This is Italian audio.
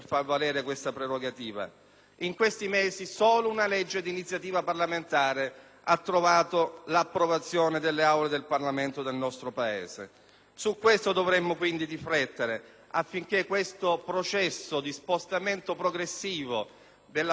in questi mesi solo una legge di iniziativa parlamentare ha trovato l'approvazione delle Aule del Parlamento del nostro Paese. Su tale aspetto dovremmo quindi riflettere affinché tale processo di spostamento progressivo della funzione legislativa